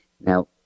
Now